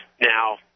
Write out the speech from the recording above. Now